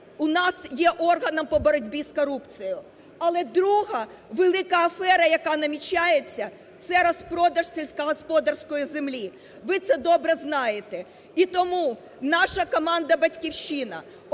у нас є органом по боротьбі з корупцією. Але друга велика афера, яка намічається, це розпродаж сільськогосподарської землі, ви це добре знаєте. І тому наша команда "Батьківщина"